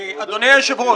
אדוני היושב-ראש.